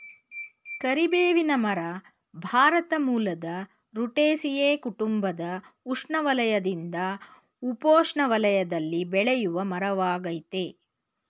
ಕರಿಬೇವಿನ ಮರ ಭಾರತ ಮೂಲದ ರುಟೇಸಿಯೇ ಕುಟುಂಬದ ಉಷ್ಣವಲಯದಿಂದ ಉಪೋಷ್ಣ ವಲಯದಲ್ಲಿ ಬೆಳೆಯುವಮರವಾಗಯ್ತೆ